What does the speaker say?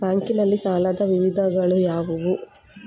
Bank ನಲ್ಲಿ ಸಾಲದ ವಿಧಗಳಾವುವು?